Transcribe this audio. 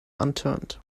unturned